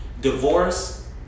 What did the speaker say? Divorce